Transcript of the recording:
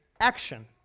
Action